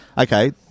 okay